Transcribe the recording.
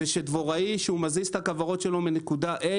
זה שדבוראי כשהוא מזיז את הכוורות שלו מנקודה A